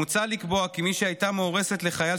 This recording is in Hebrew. מוצע לקבוע כי מי שהייתה מאורסת לחייל